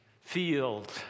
field